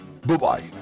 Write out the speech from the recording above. Bye-bye